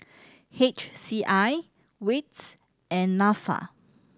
H C I wits and Nafa